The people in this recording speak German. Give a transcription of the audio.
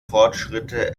fortschritte